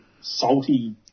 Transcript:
salty